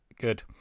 Good